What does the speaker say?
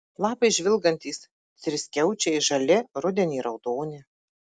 lapai žvilgantys triskiaučiai žali rudenį raudoni